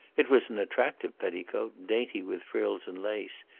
it was an attractive petticoat, dainty with frills and lace,